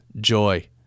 Joy